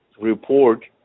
report